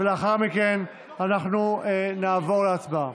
ולאחר מכן אנחנו נעבור להצבעה.